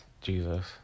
Jesus